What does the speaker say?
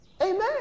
Amen